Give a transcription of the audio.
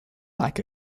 like